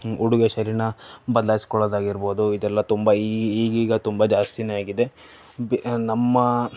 ಉಡುಗೆ ಶೈಲೀನ ಬದಲಾಯಿಸಿಕೊಳ್ಳೋದಾಗಿರ್ಬೋದು ಇದೆಲ್ಲ ತುಂಬ ಈ ಈಗೀಗ ತುಂಬ ಜಾಸ್ತಿನೇ ಆಗಿದೆ ಬೆ ನಮ್ಮ